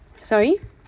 sorry